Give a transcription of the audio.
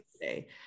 today